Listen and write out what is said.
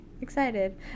excited